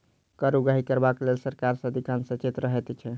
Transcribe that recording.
कर उगाही करबाक लेल सरकार सदिखन सचेत रहैत छै